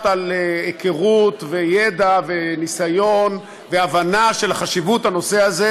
על היכרות וידע וניסיון והבנה של חשיבות הנושא הזה